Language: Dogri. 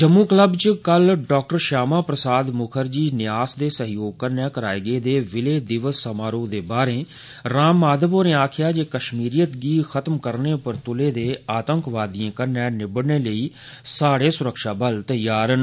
जम्मू क्लब च कल डाक्टर श्यामा प्रसाद मुखर्जी न्यास दे सहयोग कन्नै कराए गेदे विलय दिवस समारोह दे बाहरें राम माधव होरें आक्खेआ जे कश्मीरियत गी खत्म करने पर तुले दे आतंकवादिएं कन्नै निब्बड़ने लेई सुरक्षाबल तैयार न